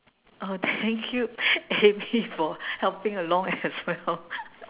oh thank you avie for helping along as well